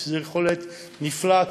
זו יכולת נפלאה,